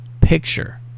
picture